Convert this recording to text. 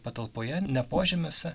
patalpoje ne požemiuose